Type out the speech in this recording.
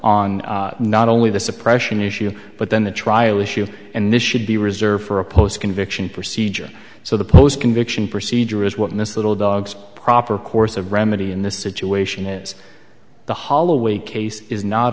on not only the suppression issue but then the trial issue and this should be reserved for a post conviction procedure so the post conviction procedure is what miss little dog's proper course of remedy in this situation is the holloway case is not